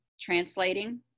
translating